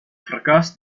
fracàs